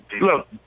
look